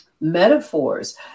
metaphors